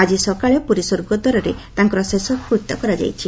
ଆକି ସକାଳେ ପୁରୀ ସ୍ୱର୍ଗଦ୍ୱାରଠାରେ ତାଙ୍କର ଶେଷକୃତ୍ୟ କରାଯାଇଛି